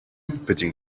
putting